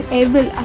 evil